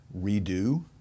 redo